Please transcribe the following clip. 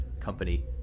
company